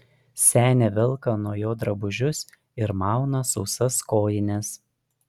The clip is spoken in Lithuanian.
senė velka nuo jo drabužius ir mauna sausas kojines